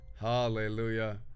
hallelujah